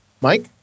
Mike